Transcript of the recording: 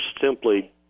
simply